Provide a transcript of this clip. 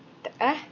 the ah